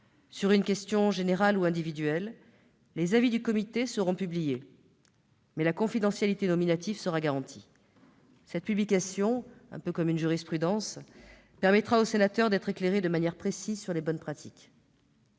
sur une question générale ou individuelle, les avis du comité seront publiés, mais la confidentialité nominative sera garantie. Cette publication, un peu à la façon d'une jurisprudence, permettra aux sénateurs d'être éclairés de manière précise sur les bonnes pratiques.